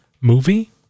movie